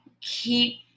keep